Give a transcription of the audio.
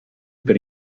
per